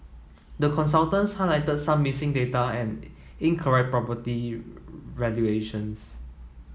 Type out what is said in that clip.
the consultants highlighted some missing data and incorrect property valuations